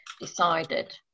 decided